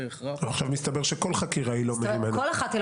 עכשיו מסתבר שכל חקירה היא לא מהימנה.